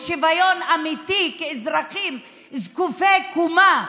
לשוויון אמיתי כאזרחים זקופי קומה